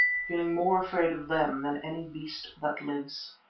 feeling more afraid of them than any beast that lives.